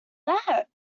that